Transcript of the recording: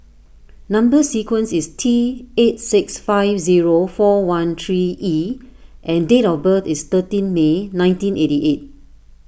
Number Sequence is T eight six five zero four one three E and date of birth is thirteen May nineteen eighty eight